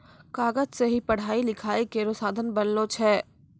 कागज सें ही पढ़ाई लिखाई केरो साधन बनलो छै